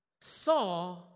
saw